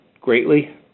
greatly